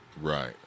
Right